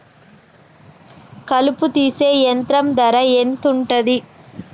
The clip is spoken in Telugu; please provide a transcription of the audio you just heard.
కలుపు తీసే యంత్రం ధర ఎంతుటది?